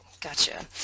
Gotcha